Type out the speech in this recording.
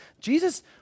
Jesus